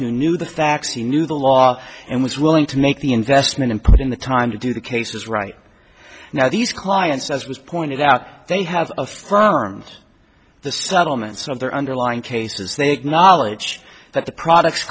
who knew the facts he knew the law and was willing to make the investment and put in the time to do the cases right now these clients as was pointed out they have affirmed the settlements of their underlying cases they acknowledge that the products